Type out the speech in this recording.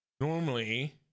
normally